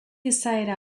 izaera